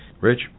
Rich